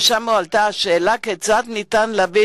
ובו הועלתה השאלה כיצד ניתן להביא